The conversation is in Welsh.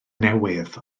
newydd